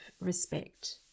respect